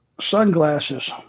sunglasses